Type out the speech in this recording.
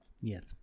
Yes